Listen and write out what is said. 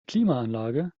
klimaanlage